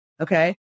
Okay